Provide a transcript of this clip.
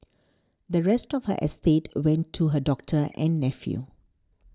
the rest of her estate went to her doctor and nephew